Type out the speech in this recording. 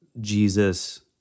Jesus